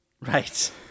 Right